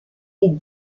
les